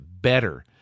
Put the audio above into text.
better